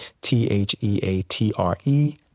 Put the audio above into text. T-H-E-A-T-R-E